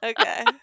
Okay